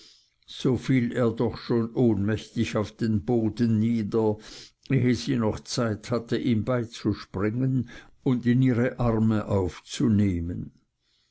so fiel er doch schon ohnmächtig auf den boden nieder ehe sie noch zeit hatte ihm beizuspringen und in ihre arme aufzunehmen